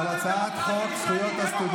איך אנחנו אמורים לדעת שיש הצבעות?